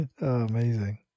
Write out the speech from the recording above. Amazing